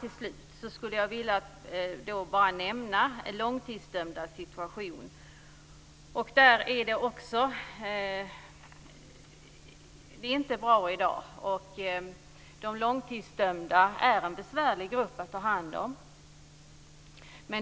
Till slut skulle jag bara vilja nämna långtidsdömdas situation, som inte heller är bra i dag. De långtidsdömda är en besvärlig grupp att ta hand om.